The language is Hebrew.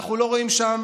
אנחנו לא רואים שם